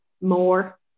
more